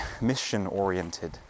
mission-oriented